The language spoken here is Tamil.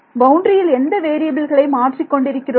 பவுண்டரியில் எந்த வேறியபில்களை மாற்றிக் கொண்டிருக்கிறோம்